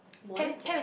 modern jazz